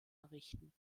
errichten